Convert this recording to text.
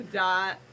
dot